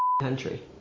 country